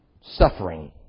suffering